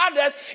others